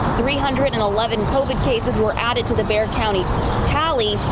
three hundred and eleven cold cases were added to the bexar county tally.